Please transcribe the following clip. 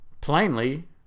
Plainly